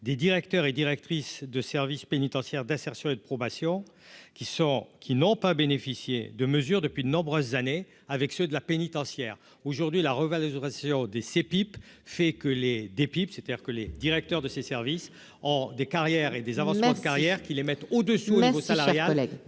des directeurs et directrices de service pénitentiaire d'insertion et de probation qui sont, qui n'ont pas bénéficié de mesures depuis de nombreuses années, avec ceux de la pénitentiaire aujourd'hui la revalorisation des ces pipes, fait que les des PIB, c'est-à-dire que les directeurs de ces services ont des carrières et des avancements de carrière qui les mettent au-dessous, au niveau salarial